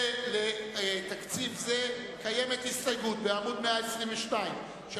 לתקציב זה קיימת בעמוד 122 הסתייגות של